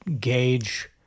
gauge